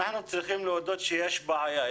אנחנו צריכים להודות שיש בעיה.